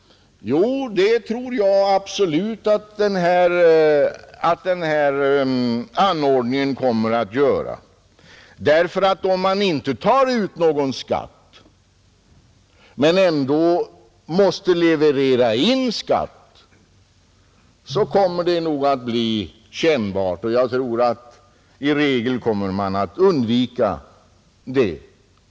Jo, det tror jag absolut att det kommer att göra. Om man inte tar ut någon skatt men ändå måste leverera in sådan, så kommer det nog att bli kännbart. Jag tror därför att man i regel kommer att undvika detta.